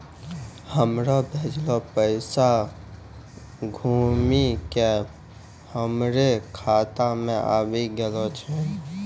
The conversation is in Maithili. हमरो भेजलो पैसा घुमि के हमरे खाता मे आबि गेलो छै